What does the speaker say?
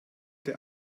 der